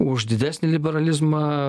už didesnį liberalizmą